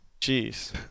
Jeez